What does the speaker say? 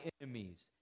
enemies